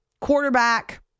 quarterback